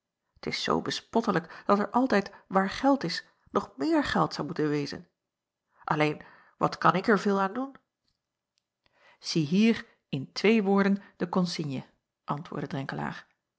t is zoo bespottelijk dat er altijd waar geld is nog meer geld zou moeten wezen alleen wat kan ik er veel aan doen ziehier in twee woorden de consigne antwoordde